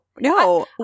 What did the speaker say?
no